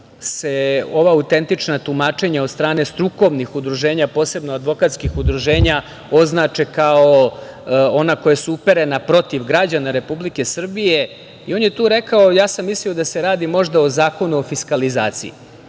se ova autentična tumačenja od strane strukovnih udruženja, posebno advokatskih udruženja, označe kao ona koja su uperena protiv građana Republike Srbije. On je tu rekao, ja sam mislio da se radi možda o Zakonu o fiskalizaciji.